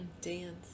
dance